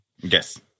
Yes